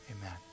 amen